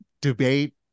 debate